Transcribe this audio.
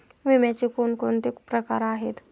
विम्याचे कोणकोणते प्रकार आहेत?